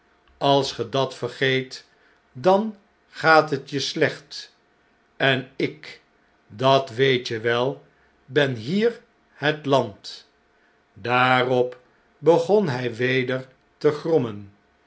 als ge dat vergeet dan gaat t je slecht en ik dat weet je wel ben hier het land daarop begon hy weder te grommen